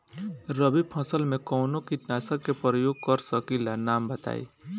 रबी फसल में कवनो कीटनाशक के परयोग कर सकी ला नाम बताईं?